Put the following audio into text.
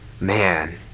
Man